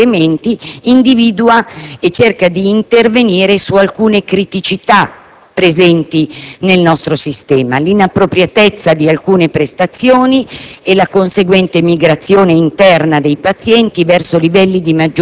Il DPEF, preso atto di questi due macroelementi, individua e cerca d'intervenire su alcune criticità presenti nel nostro sistema, quali l'inappropriatezza di alcune prestazioni